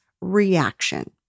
reaction